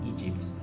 Egypt